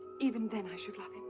even then i should love him.